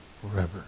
forever